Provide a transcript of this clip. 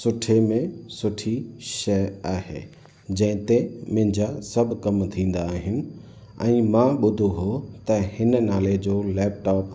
सुठे में सुठी शइ आहे जंहिं ते मुंहिंजा सभु कम थींदा आहिनि ऐं मां ॿुधो हो त हिन नाले जो लैपटॉप